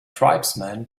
tribesmen